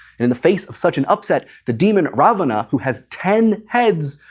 in the face of such an upset, the demon ravana, who has ten heads,